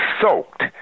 soaked